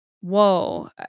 whoa